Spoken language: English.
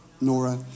Nora